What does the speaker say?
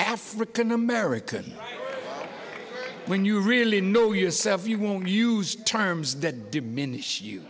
african american when you really know yourself you won't use terms that diminish you